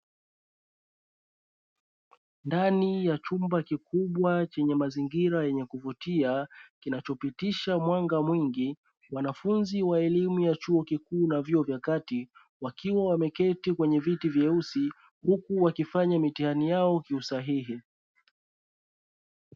Ndani ya chumba kikubwa chenye mazingira ya kuvutia kinachopitisha mwanga mwingi, wanafunzi wa elimu ya chuo kikuu na vyuo vya kati wakiwa wameketi kwenye viti vyeusi huku wakifanya mitihani yao kiusahihi.